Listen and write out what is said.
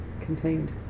contained